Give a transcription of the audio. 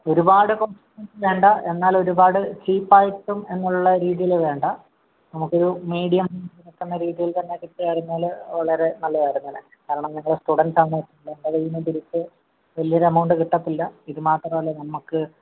ഒരുപാട് ഒന്നും വേണ്ട എന്നാൽ ഒരുപാട് ചീപ്പ് ആയിട്ടും എന്നുള്ള രീതിയിൽ വേണ്ട നമുക്കൊരു മീഡിയം എന്ന രീതിയിൽ തന്നെ കിട്ടി ആയിരുന്നെങ്കിൽ വളരെ നല്ലതായിരുന്നേനെ കാരണം ഞങ്ങൾ സ്റ്റുഡൻറ്റ്സ് ആണ് ഞങ്ങളെ കയ്യിൽനിന്ന് പിരിച്ച് വലിയൊരു എമൗണ്ട് കിട്ടത്തില്ല ഇതുമാത്രം അല്ല നമുക്ക്